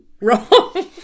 Wrong